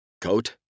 Coat